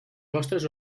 vostres